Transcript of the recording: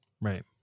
Right